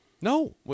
No